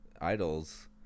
idols